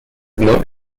not